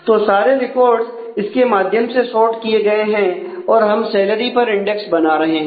तो सारे रिकॉर्ड्स इसके माध्यम से सोर्ट किए गए हैं और हम सैलरी पर इंडेक्स बना रहे हैं